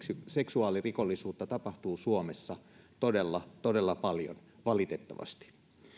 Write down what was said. seksuaalirikollisuutta tapahtuu suomessa todella todella paljon valitettavasti